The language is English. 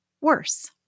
worse